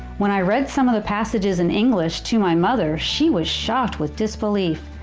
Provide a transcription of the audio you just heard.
when i read some of the passages in english to my mother she was shocked with disbelief.